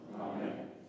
Amen